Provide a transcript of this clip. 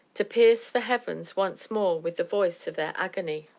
to pierce the heavens once more with the voice of their agony.